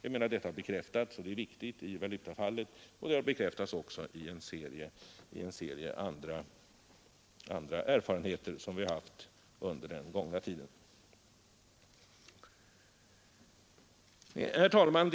Detta har bekräftats — och det är viktigt — i valutafallet, och det har även bekräftats av en serie andra erfarenheter som vi haft under den gångna tiden. Herr talman!